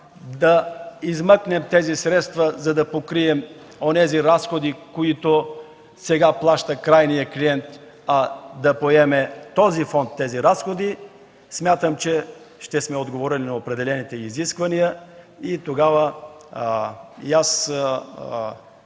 да измъкнем тези средства, за да покрием онези разходи, които сега плаща крайният клиент, а тези разходи да ги поеме този фонд, смятам, че сме отговорили на определените изисквания и тогава и аз